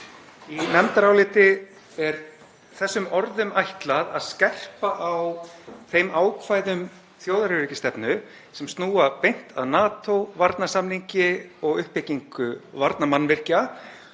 Í nefndaráliti er þessum orðum ætlað að skerpa á þeim ákvæðum þjóðaröryggisstefnu sem snúa beint að NATO, varnarsamningi og uppbyggingu varnarmannvirkja